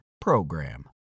PROGRAM